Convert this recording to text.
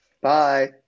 Bye